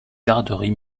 garderie